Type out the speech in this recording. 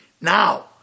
now